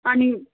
अनि